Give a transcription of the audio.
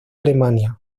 alemania